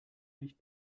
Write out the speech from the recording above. nicht